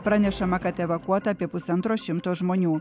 pranešama kad evakuota apie pusantro šimto žmonių